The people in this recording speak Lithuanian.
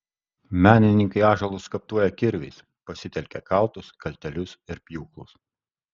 menininkai ąžuolus skaptuoja kirviais pasitelkia kaltus kaltelius ir pjūklus